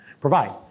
provide